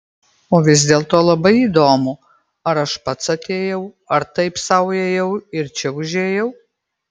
o vis dėlto labai įdomu ar aš pats atėjau ar taip sau ėjau ir čia užėjau